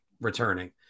returning